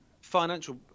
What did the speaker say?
Financial